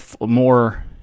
more